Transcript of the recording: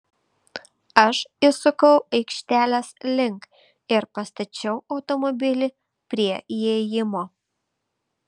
aš įsukau aikštelės link ir pastačiau automobilį prie įėjimo